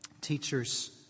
teachers